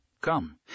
Come